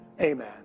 amen